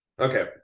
Okay